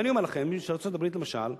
ואני אומר לכם שארצות-הברית, למשל,